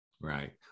Right